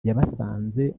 yabasanze